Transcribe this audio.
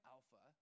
Alpha